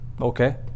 okay